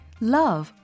love